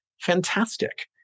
fantastic